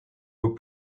would